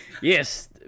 Yes